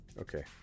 Okay